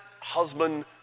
husband